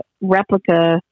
replica